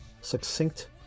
succinct